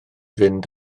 fynd